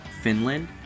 Finland